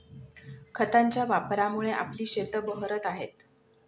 खतांच्या वापरामुळे आपली शेतं बहरत आहेत